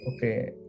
okay